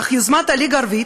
אך יוזמת הליגה הערבית,